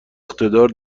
اقتدار